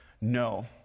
no